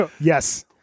yes